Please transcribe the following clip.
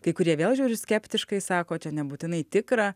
kai kurie vėl žiūri skeptiškai sako čia nebūtinai tikra